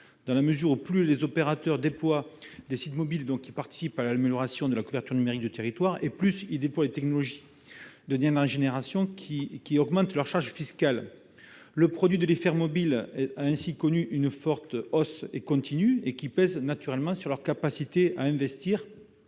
contradictoire. Plus les opérateurs déploient des sites mobiles qui participent à l'amélioration de la couverture numérique du territoire, plus ils implantent des technologies de dernière génération qui augmentent leur charge fiscale. Le produit de l'IFER mobile a ainsi connu une hausse continue qui pèse sur leur capacité d'investissement